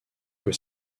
que